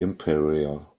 emperor